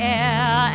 air